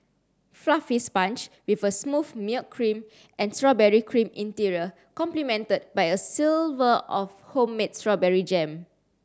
fluffy sponge with a smooth milk cream and strawberry cream interior complemented by a silver of homemade strawberry jam